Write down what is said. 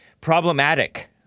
problematic